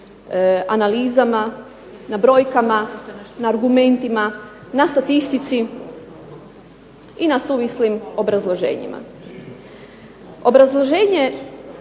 analizama, na brojkama, na argumentima, na statistici i na suvislim obrazloženjima.